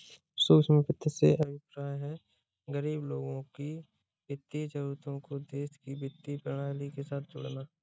सूक्ष्म वित्त से अभिप्राय है, गरीब लोगों की वित्तीय जरूरतों को देश की वित्तीय प्रणाली के साथ जोड़ना